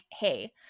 hey